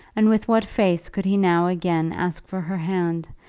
and with what face could he now again ask for her hand,